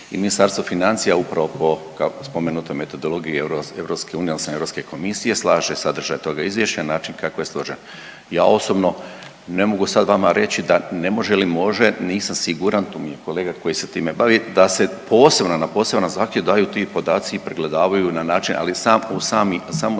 i Ministarstvo financija upravo po, kao spomenutoj metodologiji EU odnosno EK slaže sadržaj tog Izvješća na način kako je složen. Ja osobno ne mogu sad vama reći da ne možemo ili može, nisam siguran, tu mi je kolega koji se time bavi, da se posebno, na poseban zahtjev daju ti podaci i pregledavaju na način, ali sam, u sami,